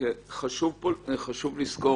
חשוב לזכור